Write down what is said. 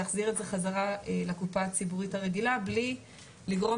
להחזיר את זה חזרה לקופה הציבורית הרגילה בלי לגרום